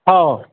हो